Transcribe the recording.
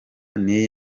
n’iyi